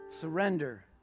Surrender